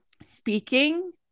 speaking